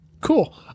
Cool